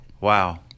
Wow